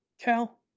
Cal